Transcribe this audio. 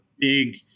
big